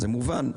זה מובן,